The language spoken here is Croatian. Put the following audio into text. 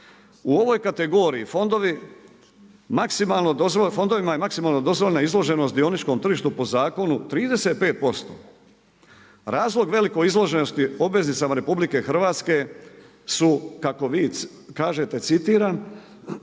U ovoj kategoriji fondovima je maksimalno dozvoljena izloženost dioničkom tržištu po zakonu 35%. Razlog velikoj izloženosti obveznicama RH su kako vi kažete, citiram: